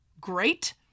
great